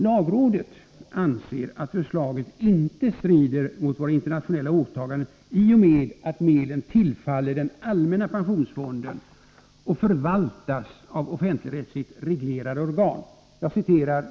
Lagrådet anser att förslaget inte strider mot våra internationella åtaganden i och med att medlen tillfaller den allmänna pensionsfonden och förvaltas av offentligrättsligt reglerande organ.